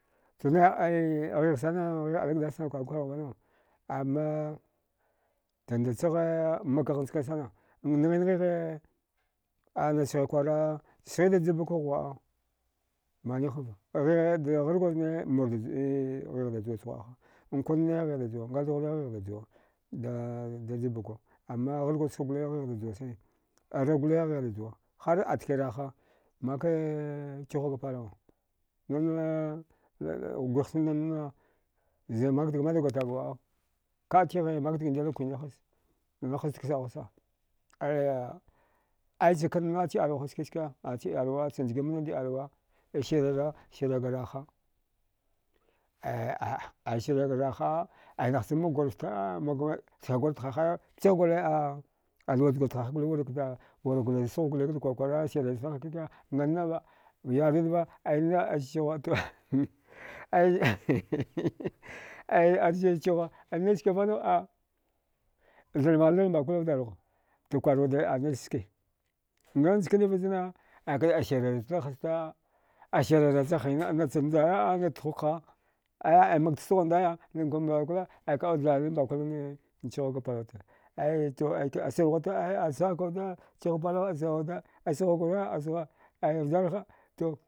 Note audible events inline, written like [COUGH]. Chna ai ghigh ali gdass sana kwargurikwar na vanau amma danda chagha makaghan nchkansana nghin ghighi anacha kwara sghida jabukagh ghuwa. a maniwhava, eh daigharguzne ghighda juwach ghuwa. a ha nkunde ghighda juwa ngathaghure ghighda juwa da daja buka amma gharguzha gole ghighda juwa sane ragole ghighda juwa har a tki raha make chihuwa da palawa nana gwih chamdanna za makdga madauga taəga waəa kaətighe makdga ndila kwinja haste manuwe hastak saghusa. a aya aicha kanna cha ilawaha skiske a cha iyalwa cha ngimananda iyalwa aya sirna siraga raha aya a. a ai siraga raha ainahcha makgur fta makwe saugar thahaya ptighgur a luwachgar tihahi gole wurakda wurachgur sghug gole kda kwakwara chula chamdaha kika ngannava yardiwudava azchihuwa [LAUGHS] ai azai chihuwa nachskivanau a thalmaghi thla mbakula vjarhuwa dakwarwude a nachske ngan chkaniva zna aikada asire chanda hasta asirere nacha njaya nacha thugha aya a makt sghundaya unkambakula, ai kawud thlari mbakulan chihuwa da palo tam aito aito asarthwata aya asaka wuda chihuwa palawa asuda, asghugura asghua ai vjarha to